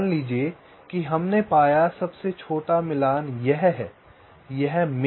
मान लीजिए कि हमने पाया सबसे छोटा मिलान यह है